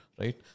right